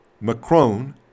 Macron